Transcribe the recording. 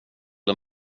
och